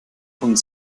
hund